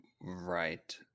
Right